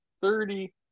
thirty